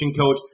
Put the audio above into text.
coach